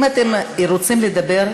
אם אתם רוצים לדבר,